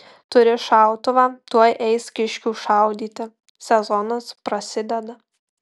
turi šautuvą tuoj eis kiškių šaudyti sezonas prasideda